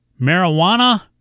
marijuana